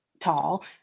Tall